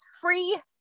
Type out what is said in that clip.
free